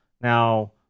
Now